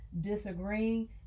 disagreeing